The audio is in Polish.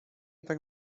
tak